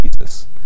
Jesus